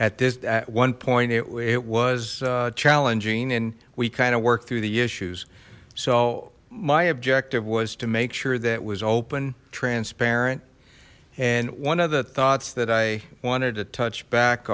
at this at one point it was challenging and we kind of worked through the issues so my objective was to make sure that was open transparent and one of the thoughts that i wanted to touch back